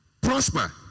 prosper